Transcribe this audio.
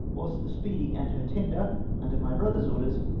whilst the speedy and her tender under my brother's orders,